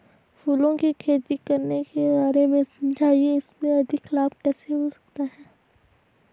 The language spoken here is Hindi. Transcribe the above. फूलों की खेती करने के बारे में समझाइये इसमें अधिक लाभ कैसे हो सकता है?